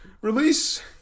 release